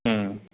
ம்